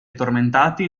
tormentati